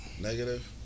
Negative